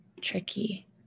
tricky